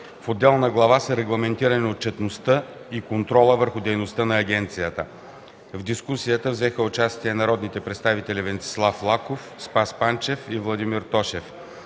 В отделна глава са регламентирани отчетността и контрола върху дейността на агенцията. В дискусията взеха участие народните представители Венцислав Лаков, Спас Панчев и Владимир Тошев.